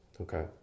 okay